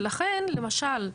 ולכן למשל,